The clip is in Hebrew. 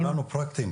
אנחנו כולנו פרקטיים,